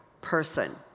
person